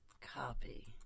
Copy